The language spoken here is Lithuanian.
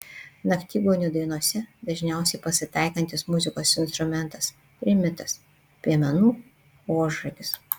naktigonių dainose dažniausiai pasitaikantis muzikos instrumentas trimitas piemenų ožragis